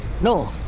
No